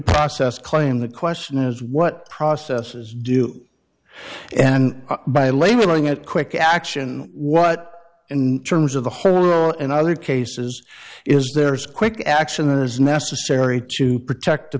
process claim the question is what processes do and by labeling it quick action what in terms of the whole and other cases is there's quick action that is necessary to protect the